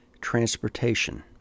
Transportation